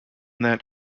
that